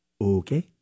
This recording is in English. Okay